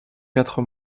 quatre